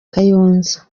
kayonza